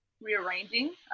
Rearranging